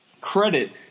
credit